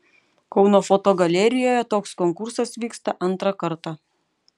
kauno fotogalerijoje toks konkursas vyksta antrą kartą